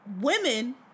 women